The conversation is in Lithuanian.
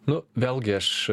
nu vėlgi aš